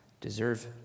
deserve